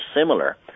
similar